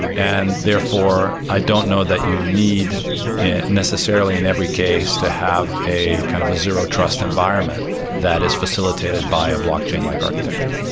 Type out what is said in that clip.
and therefore i don't know that you need necessarily in every case to have a kind of a zero trust environment that is facilitated by a blockchain-like architecture.